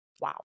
Wow